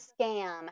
scam